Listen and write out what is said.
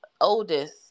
oldest